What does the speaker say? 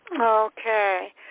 Okay